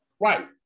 Right